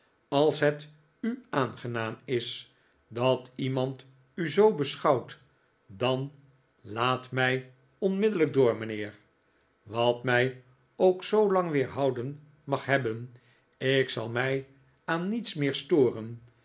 als het u aangenaam is dat iemand u zoo beschouwt dan laat mij onmiddellijk door mijnheer wat mij ook zoolang weerhouden mag hebben ik zal mij aan niets meer storen